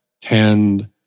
tend